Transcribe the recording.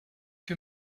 que